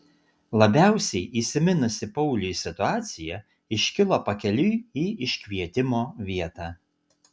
labiausiai įsiminusi pauliui situacija iškilo pakeliui į iškvietimo vietą